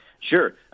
Sure